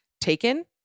taken